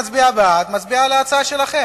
ההצעה תידון במליאת הכנסת.